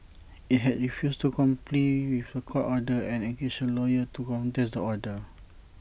IT had refused to comply with The Court order and engaged A lawyer to contest the order